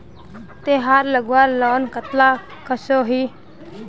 तेहार लगवार लोन कतला कसोही?